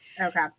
Okay